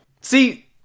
See